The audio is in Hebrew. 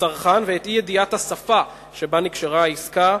הצרכן ואת אי-ידיעת השפה שבה נקשרה העסקה,